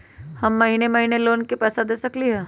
हम महिने महिने लोन के पैसा दे सकली ह?